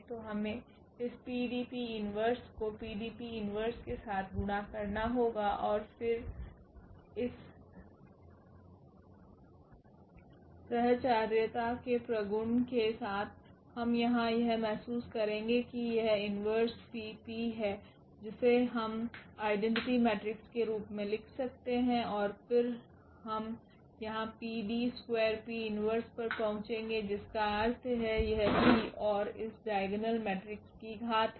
तो हमें इस 𝑃𝐷𝑃 1 को 𝑃𝐷𝑃 1 के साथ गुणा करना होगा और फिर इस सह्चर्यता के प्रगुण के साथ हम यहां यह महसूस करेंगे कि यह इन्वर्स P P है जिसे हम आइडेंटिटी मेट्रिक्स के रूप में लिख सकते हैं और फिर हम यहां 𝑃𝐷2𝑃−1 पहुंचेंगे जिसका अर्थ है यह P और इस डाइगोनल मेट्रिक्स की घात हैं